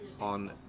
on